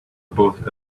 both